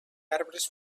arbres